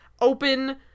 open